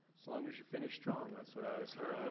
so long as you finish strong. that's what i always heard.